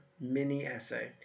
mini-essay